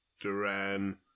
Duran